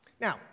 Now